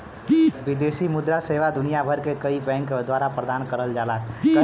विदेशी मुद्रा सेवा दुनिया भर के कई बैंक द्वारा प्रदान करल जाला